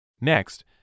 Next